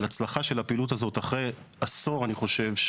על הצלחה של הפעילות הזאת אחרי עשור אני חושב,